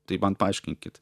tai man paaiškinkit